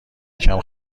یکم